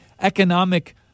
economic